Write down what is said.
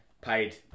paid